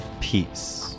peace